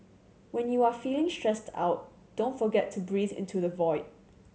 when you are feeling stressed out don't forget to breathe into the void